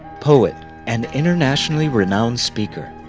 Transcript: poet and internationally renowned speaker,